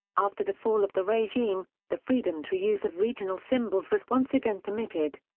after the fall of the regime, the freedom to use of regional symbols was once again permitted.